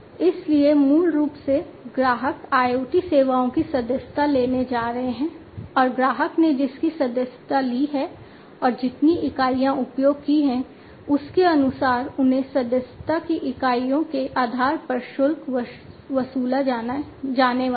इसलिए मूल रूप से ग्राहक IoT सेवाओं की सदस्यता लेने जा रहे हैं और ग्राहक ने जिसकी सदस्यता ली है और जितनी इकाइयाँ उपयोग की है उसके अनुसार उन्हें सदस्यता की इकाइयों के आधार पर शुल्क वसूला जाने वाला है